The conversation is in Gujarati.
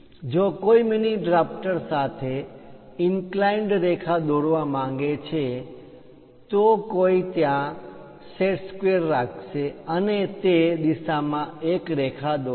જો કોઈ મીની ડ્રાફ્ટર સાથે ઇન્ક્લાઈન્ડ રેખા દોરવા માંગે છે તો કોઈ ત્યાં સેટ સ્ક્વેર રાખશે અને તે દિશામાં એક રેખા દોરશે